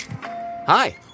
Hi